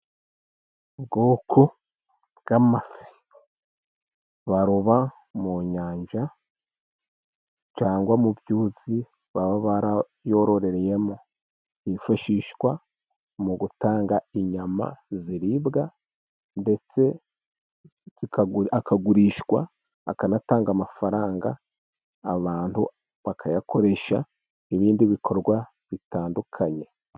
Ubwoko bw'amafi baroba mu nyanja, cyangwa mu byuzi baba barayororeyemo, hifashishwa mu gutanga inyama ziribwa, ndetse akagurishwa, akanatanga amafaranga abantu bakayakoresha ibindi bikorwa bitandukanye.